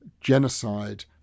genocide